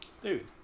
Dude